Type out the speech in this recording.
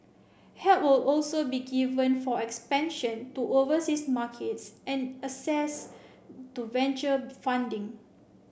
help will also be given for expansion to overseas markets and access to venture funding